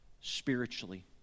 spiritually